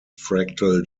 fractal